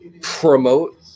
promote